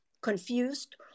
confused